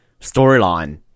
storyline